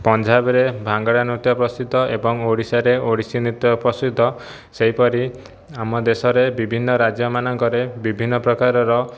ପଞ୍ଜାବରେ ଭାଙ୍ଗଡ଼ା ନୃତ୍ୟ ପ୍ରସିଦ୍ଧ ଏବଂ ଓଡ଼ିଶାରେ ଓଡ଼ିଶୀ ନୃତ୍ୟ ପ୍ରସିଦ୍ଧ ସେହିପରି ଆମ ଦେଶରେ ବିଭିନ୍ନ ରାଜ୍ୟମାନଙ୍କରେ ବିଭିନ୍ନ ପ୍ରକାରର